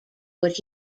what